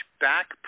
back